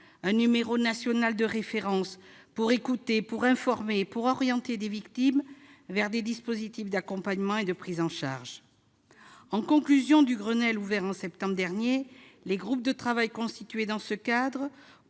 ce numéro national de référence, mis en place afin d'écouter, d'informer et d'orienter des victimes vers des dispositifs d'accompagnement et de prise en charge. En conclusion du Grenelle ouvert en septembre dernier, les groupes de travail constitués dans ce cadre